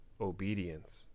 obedience